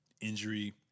injury